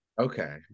Okay